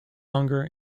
longer